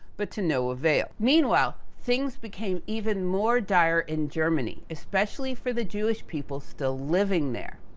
but to no avail. meanwhile, things became even more dire in germany, especially, for the jewish people still living there.